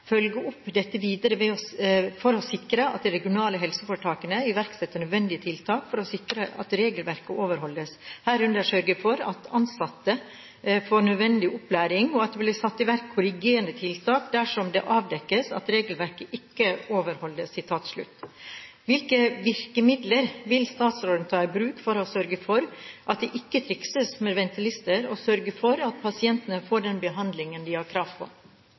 opp dette videre for å sikre at de regionale helseforetakene iverksetter nødvendige tiltak for å sikre at regelverket overholdes, herunder sørge for at ansatte får nødvendig opplæring og at det blir satt i verk korrigerende tiltak dersom det avdekkes at regelverket ikke overholdes». Hvilke virkemidler vil statsråden ta i bruk for å sørge for at det ikke trikses med ventelister, og sørge for at pasientene får den behandling de har krav på?»